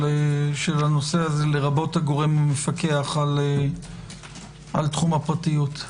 הנושא הזה לרבות הגורם המפקח על תחום הפרטיות.